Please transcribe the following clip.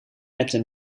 nette